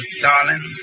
darling